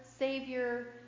Savior